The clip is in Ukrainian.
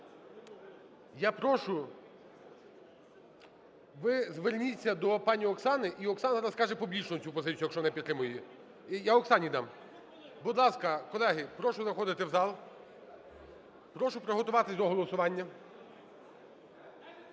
Я прошу, ви зверніться до пани Оксани, і Оксана розкаже публічно цю позицію, якщо вона підтримує її. Я Оксані дам. Будь ласка, колеги, прошу заходити в зал. Прошу приготуватись до голосування